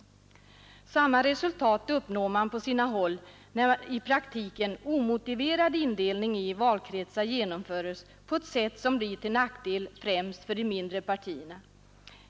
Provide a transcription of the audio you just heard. Samma resultat uppnår man på sina håll när i praktiken omotiverad indelning i valkretsar genomföres på ett sätt som blir till nackdel främst för de mindre partierna.